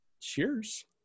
Cheers